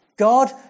God